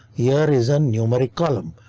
here is a numeric column,